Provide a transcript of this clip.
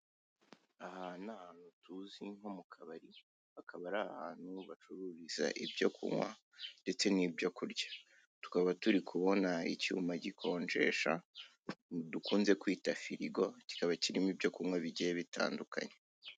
Aha ni ahantu tuzi nko mu kabari, hakaba ari ahantu bacururiza ibyo kunywa ndetse n'ibyo kurya, tukaba turi kubona icyuma gikonjesha dukunze kwita firigo, kikaba kirimo ibyo kunywa bigiye bitandukanye.